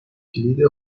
کلید